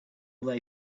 they